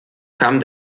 kam